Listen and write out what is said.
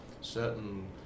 certain